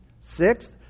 Sixth